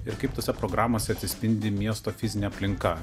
ir kaip tose programose atsispindi miesto fizinė aplinka